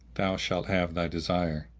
thou shalt have thy desire.